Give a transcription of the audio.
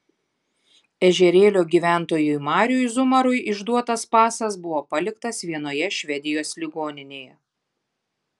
ežerėlio gyventojui mariui zumarui išduotas pasas buvo paliktas vienoje švedijos ligoninėje